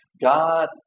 God